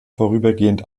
vorübergehend